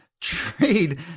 trade